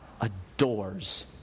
adores